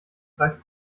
greift